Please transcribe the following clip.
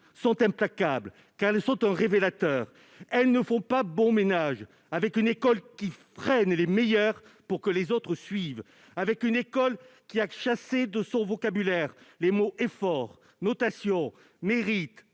Les mathématiques sont un révélateur implacable : elles ne font pas bon ménage avec une école qui freine les meilleurs pour que les autres suivent, une école qui a chassé de son vocabulaire les mots « effort »,« notation »,« mérite »